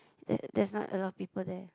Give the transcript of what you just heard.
that there's not a lot of people there